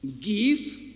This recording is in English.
give